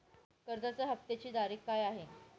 कर्जाचा हफ्त्याची तारीख काय आहे?